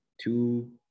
two